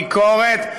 ביקורת,